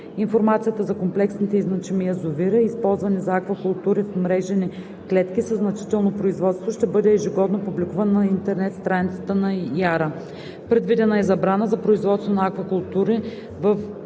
Информацията за комплексните и значими язовири, използвани за аквакултури в мрежени клетки със значително производство ще бъде ежегодно публикувана на интернет страницата на Изпълнителна агенция по рибарство и аквакултури.